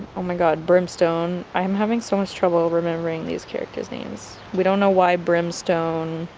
oh my god, brimstone i'm having so much trouble remembering these characters' names, we don't know why brimstone